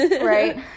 right